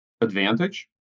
advantage